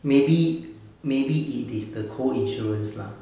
maybe maybe it is the co insurance lah